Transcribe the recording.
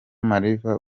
mariva